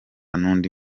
n’undi